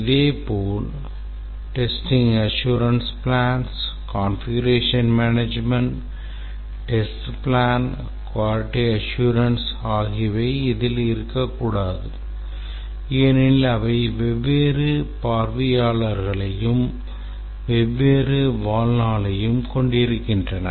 இதேபோல் testing assurance plans Configuration Management test plans Quality Assurance ஆகியவை இதில் இருக்கக்கூடாது ஏனெனில் அவை வெவ்வேறு பார்வையாளர்களையும் வெவ்வேறு வாழ்நாளையும் கொண்டிருக்கின்றன